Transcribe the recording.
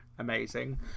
amazing